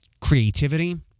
creativity